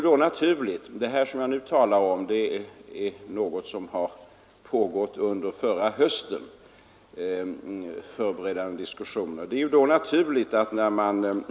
Dessa förberedande diskussioner pågick under förra hösten.